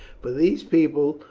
for these people,